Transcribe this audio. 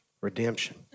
redemption